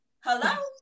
hello